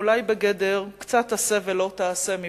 אולי בגדר קצת "עשה" ו"לא תעשה" מבחינתנו.